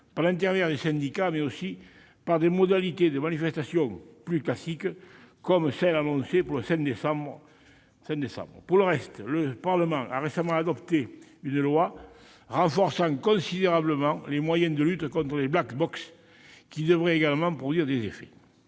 par l'intermédiaire des syndicats, mais aussi par des modalités de manifestation plus classiques, comme la mobilisation annoncée pour le 5 décembre prochain. Pour le reste, le Parlement a récemment adopté une loi renforçant considérablement les moyens de lutte contre les Black Blocks, qui devrait également produire des effets.